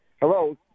Hello